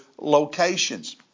locations